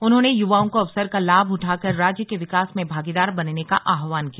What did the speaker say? उन्होंने युवाओं को अवसर का लाभ उठाकर राज्य के विकास में भागीदार बनने का आह्वान किया